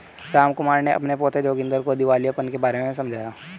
रामकुमार ने अपने पोते जोगिंदर को दिवालियापन के बारे में समझाया